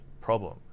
problem